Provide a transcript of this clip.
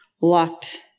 locked